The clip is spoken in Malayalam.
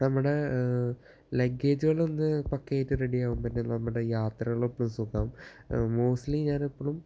നമ്മുടെ ലഗ്ഗേജുകളൊന്ന് പക്കയായിട്ട് റെഡി ആവുമ്പോൾ തന്നെ നമ്മുടെ യാത്രകൾ എപ്പോഴും സുഖമാവും മോസ്റ്റിലി ഞാൻ എപ്പോഴും